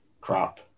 Crap